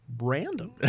random